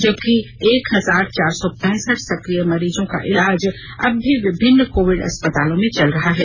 जबकि एक हजार चार सौ पैंसठ सक्रिय मरीजों का इलाज अब भी विभिन्न कोविड अस्पतालों में चल रहा है